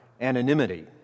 anonymity